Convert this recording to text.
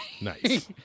Nice